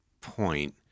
point